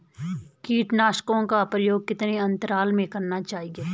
कीटनाशकों का प्रयोग कितने अंतराल में करना चाहिए?